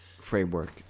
framework